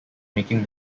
making